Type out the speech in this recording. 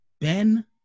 Ben